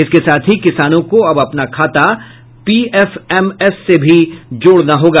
इसके साथ ही किसानों को अब अपना खाता पीएफएमएस से भी जोड़ना होगा